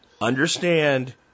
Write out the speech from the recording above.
understand